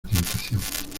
tentación